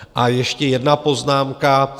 A ještě jedna poznámka.